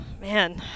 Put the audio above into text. man